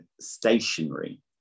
stationary